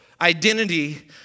identity